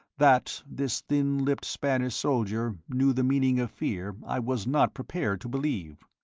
that this thin-lipped spanish soldier knew the meaning of fear i was not prepared to believe.